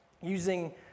Using